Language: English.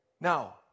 Now